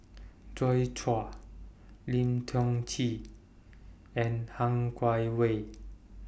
Joi Chua Lim Tiong Ghee and Han Guangwei